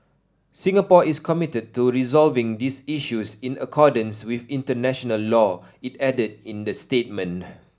Singapore is committed to resolving these issues in accordance with international law it added in the statement